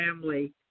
family